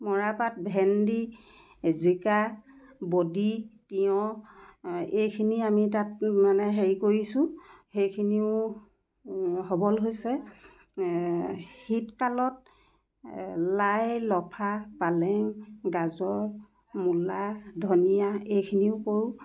মৰাপাট ভেন্দি জিকা বডি তিঁয়হ এইখিনি আমি তাত মানে হেৰি কৰিছোঁ সেইখিনিও সবল হৈছে শীতকালত লাই লফা পালেং গাজৰ মূলা ধনিয়া এইখিনিও কৰোঁ